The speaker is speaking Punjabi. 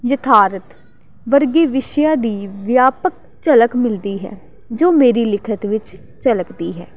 ਯਥਾਰਥ ਵਰਗੇ ਵਿਸ਼ਿਆਂ ਦੀ ਵਿਆਪਕ ਝਲਕ ਮਿਲਦੀ ਹੈ ਜੋ ਮੇਰੀ ਲਿਖਤ ਵਿੱਚ ਝਲਕਦੀ ਹੈ